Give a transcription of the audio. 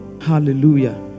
Hallelujah